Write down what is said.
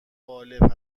غالب